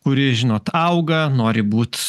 kuri žinot auga nori būt